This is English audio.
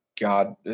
God